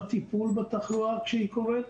בטיפול בתחלואה כשהיא קורית.